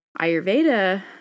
ayurveda